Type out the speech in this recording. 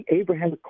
Abraham